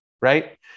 Right